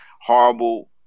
horrible